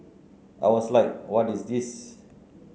I was like what is this